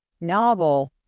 novel